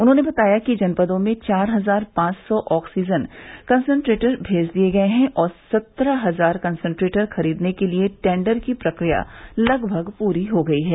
उन्होंने बताया कि जनपदों में चार हजार पांच सौ ऑक्सीजन कंसंट्रेटर भेज दिये गये हैं और सत्रह हजार कंसंट्रेटर खरीदने के लिये टेंडर की प्रक्रिया लगभग पूरी हो गयी है